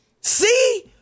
See